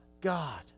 God